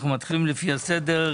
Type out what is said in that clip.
אנחנו נתחיל לפי הסדר.